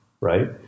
right